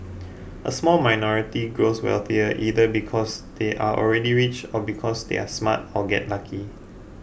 a small minority grows wealthier either because they are already rich or because they are smart or get lucky